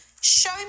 Show